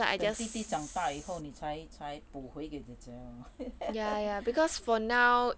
等弟弟长大以后你才才补回给姐姐 lor